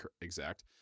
exact